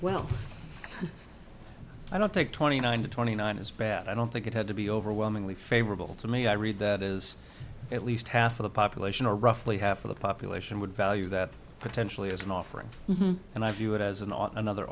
well i don't take twenty nine to twenty nine is bad i don't think it had to be overwhelmingly favorable to me i read that is at least half of the population or roughly half of the population would value that potentially as an offering and i view it as an a